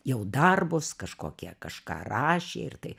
jau darbus kažkokie kažką rašė ir tai